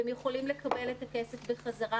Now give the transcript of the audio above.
והם יכולים לקבל את הכסף בחזרה,